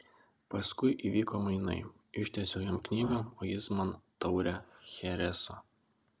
paskui įvyko mainai ištiesiau jam knygą o jis man taurę chereso